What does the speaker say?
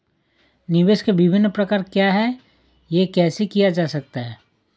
निवेश के विभिन्न प्रकार क्या हैं यह कैसे किया जा सकता है?